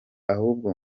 ahubwo